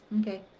Okay